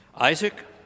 Isaac